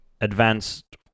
Advanced